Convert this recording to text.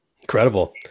Incredible